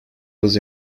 was